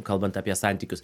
kalbant apie santykius